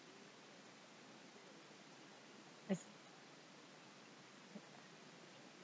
as